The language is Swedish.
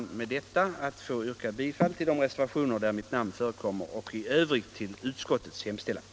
Jag ber med detta att få yrka bifall till de reservationer där mitt namn förekommer och i övrigt till utskottets hemställan.